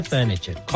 Furniture